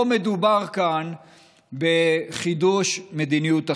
מדובר כאן בחידוש מדיניות החיסולים,